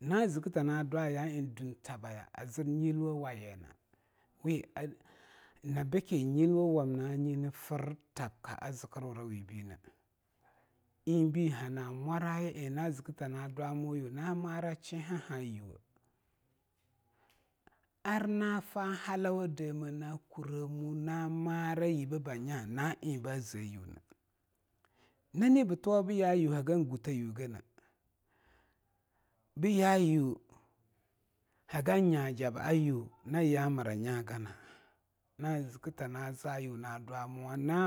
Na zikita ni dwa ya ie dutabaya a zir nyilwuwa na yina bukumbu nyilwu wamna ni fir tabkina azi kir wuriwubina ibi haa na mwora ya ina dwamuwa yuna na mara shihihawuwa ana fa halawa na kuromuwa na mara yibiba nya na ie ih ba zee ayuna, nani butuwa bu yayu hagen guteyu gana be yayu hagan nya jaba ayu na ya nyaga na ziki tana za yu na